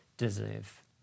Deserve